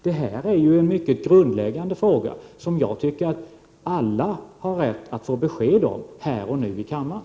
Det är en mycket grundläggande fråga, som jag tycker att alla har rätt att få besked om här och nu i kammaren.